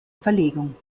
verlegung